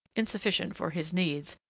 insufficient for his needs,